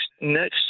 next